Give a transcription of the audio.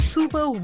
Super